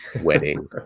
wedding